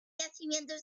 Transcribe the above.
yacimientos